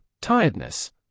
tiredness